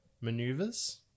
maneuvers